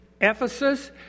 Ephesus